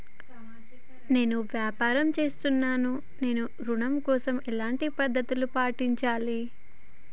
నేను వ్యాపారం చేస్తున్నాను నేను ఋణం కోసం ఎలాంటి పద్దతులు పాటించాలి?